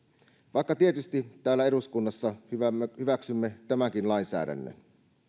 vaikka tietysti täällä eduskunnassa hyväksymme tämänkin lainsäädännön